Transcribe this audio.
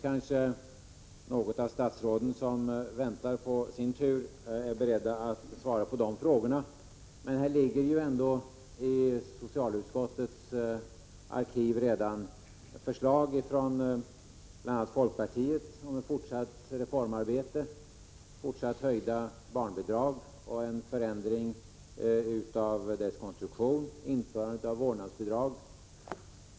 Kanske något statsråd som väntar på sin tur här i kammaren är beredd att svara på de frågorna. I socialutskottets arkiv ligger redan förslag från bl.a. folkpartiet om ett fortsatt reformarbete: fortsatt höjda barnbidrag, en förändring av barnbidragets konstruktion, införande av vårdnadsbidrag.